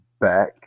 back